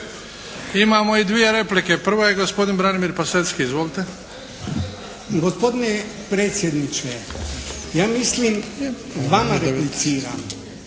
Imamo i dvije replike. Prva je gospodin Branimir Pasecky. Izvolite. **Pasecky, Branimir (HDZ)** Gospodine predsjedniče, ja mislim, vama repliciram,